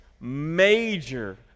major